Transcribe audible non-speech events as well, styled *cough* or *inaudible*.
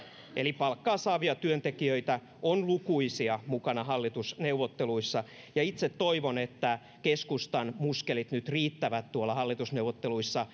eli palkkaa saavia työntekijöitä on lukuisia mukana hallitusneuvotteluissa itse toivon että keskustan muskelit nyt riittävät hallitusneuvotteluissa *unintelligible*